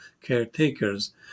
caretakers